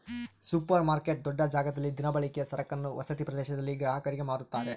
super market ದೊಡ್ಡ ಜಾಗದಲ್ಲಿ ದಿನಬಳಕೆಯ ಸರಕನ್ನು ವಸತಿ ಪ್ರದೇಶದಲ್ಲಿ ಗ್ರಾಹಕರಿಗೆ ಮಾರುತ್ತಾರೆ